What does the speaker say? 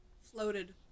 floated